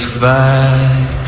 fight